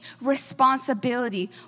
responsibility